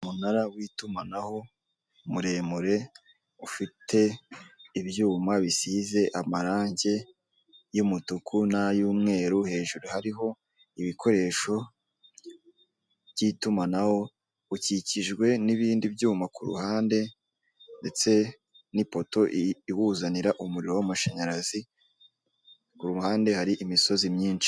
Umunara w'itumanaho muremure ufite ibyuma bisize amarangi y'umutuku nay'umweru hejuru hariho ibikoresho by'itumanaho ukikijwe n'ibindi byuma kuruhande ndetse n'ipoto iwuzanira umuriro w'amashanyarazi kuruhande hari imisozi myinshi.